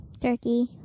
Turkey